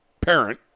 parent